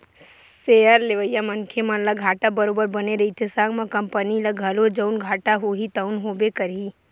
share लेवइया मनखे ल घाटा बरोबर बने रहिथे संग म कंपनी ल घलो जउन घाटा होही तउन होबे करही